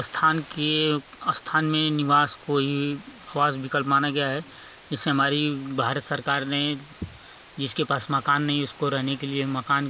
स्थान के स्थान में निवास को ही आवास विकल्प माना गया है जैसे हमारी भारत सरकार ने जिसके पास मकान नहीं है उसको रहने के लिए मकान